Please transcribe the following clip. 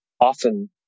often